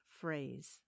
phrase